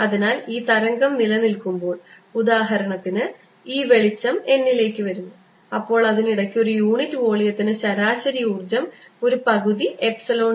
അതിനാൽ ഈ തരംഗം നിലനിൽക്കുമ്പോൾ ഉദാഹരണത്തിന് ഈ വെളിച്ചം എന്നിലേക്ക് വരുന്നു അപ്പോൾ അതിനിടയ്ക്ക് ഒരു യൂണിറ്റ് വോളിയത്തിന് ശരാശരി ഊർജ്ജം ഒരു പകുതി എപ്സിലോൺ 0 E 0 സ്ക്വയറാണ്